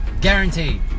Guaranteed